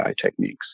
techniques